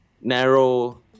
narrow